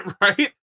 Right